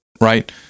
right